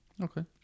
Okay